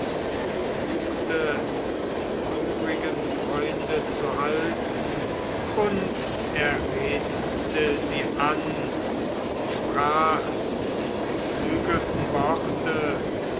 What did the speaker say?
suchte die übrigen freunde zu halten und er red'te sie an und sprach die geflügelten worte